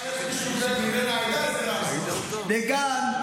תראה, עד שיש מישהו בן העדה, זה רע.